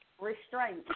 restraint